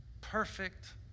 Perfect